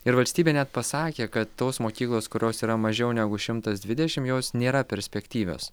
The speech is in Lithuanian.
ir valstybė net pasakė kad tos mokyklos kurios yra mažiau negu šimtas dvidešim jos nėra perspektyvios